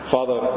Father